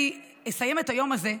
לכן אני אסיים את היום הזה,